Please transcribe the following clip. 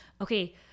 okay